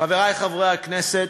חברי חברי הכנסת,